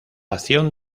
acción